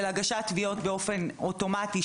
של הגשת תביעות באופן אוטומטי,